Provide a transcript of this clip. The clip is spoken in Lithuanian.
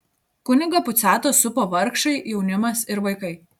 kunigą puciatą supo vargšai jaunimas ir vaikai